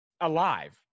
alive